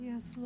Yes